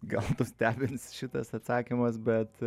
gal nustebins šitas atsakymas bet